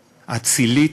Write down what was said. אצילית,